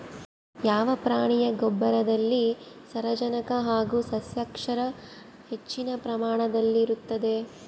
ಯಾವ ಪ್ರಾಣಿಯ ಗೊಬ್ಬರದಲ್ಲಿ ಸಾರಜನಕ ಹಾಗೂ ಸಸ್ಯಕ್ಷಾರ ಹೆಚ್ಚಿನ ಪ್ರಮಾಣದಲ್ಲಿರುತ್ತದೆ?